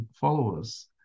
followers